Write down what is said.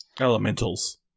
Elementals